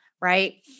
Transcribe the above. right